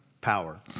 power